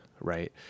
Right